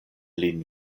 lin